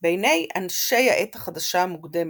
בעיני אנשי העת החדשה המוקדמת,